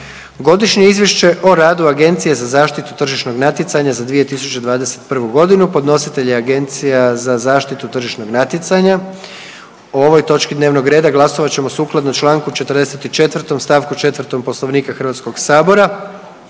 Godišnje izvješće o radu Agencije za zaštitu tržišnog natjecanja za 2021. godinu. Podnositelj je Agencija za zaštitu tržišnog natjecanja. O ovoj točki dnevnog reda glasovat ćemo sukladno Članku 44. stavku 4. Poslovnika Hrvatskog sabora.